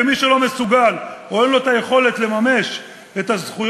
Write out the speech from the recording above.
ומי שלא מסוגל או אין לו היכולת לממש את הזכויות